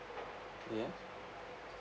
yeah